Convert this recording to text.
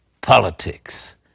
politics